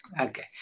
Okay